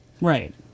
Right